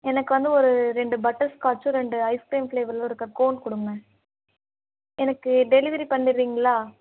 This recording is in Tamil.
எனக்கு வந்து ஒரு ரெண்டு பட்டர் ஸ்காட்சும் ரெண்டு ஐஸ்க்ரீம் ஃப்ளேவரில் ஒரு கப் கோன் கொடுங்களேன் எனக்கு டெலிவரி பண்ணிடுறீங்களா